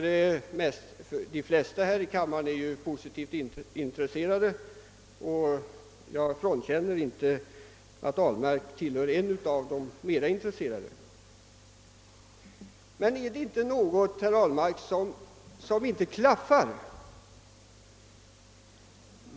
De flesta här i kammaren är positivt inställda, och herr Ahlmark är nog en av de mera intresserade. Men är det inte något som inte stämmer, herr Ahlmark?